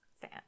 fan